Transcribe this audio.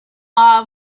law